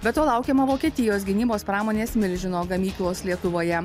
be to laukiama vokietijos gynybos pramonės milžino gamyklos lietuvoje